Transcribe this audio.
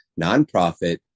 nonprofit